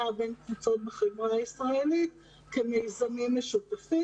בין קבוצות בחברה הישראלית כמיזמים משותפים.